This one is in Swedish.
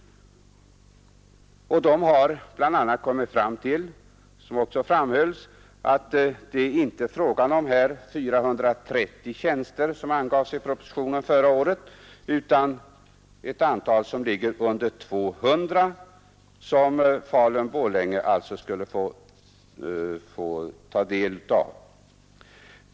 De har, vilket också framhölls, kommit fram till att det inte är fråga om 430 tjänster här, såsom angavs i propositionen förra året, utan ett antal som ligger under 200, som Falun-Borlängeregionen alltså skulle få ta del av.